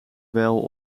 wel